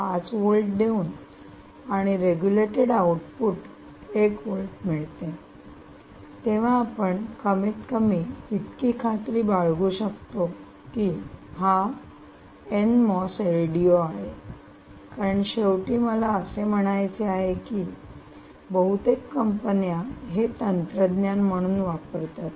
5 volt देऊन आणि regulated output 1 volt मिळते तेव्हा आपण कमीतकमी इतकी खात्री बाळगू शकतो की हा एन मॉस एलडीओ आहे कारण शेवटी मला असे म्हणायचे आहे की बहुतेक कंपन्या हे तंत्रज्ञान म्हणून वापरतात